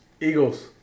Eagles